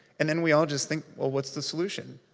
and then we all just think, well, what's the solution?